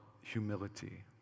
humility